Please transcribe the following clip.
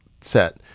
set